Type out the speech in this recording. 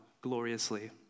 gloriously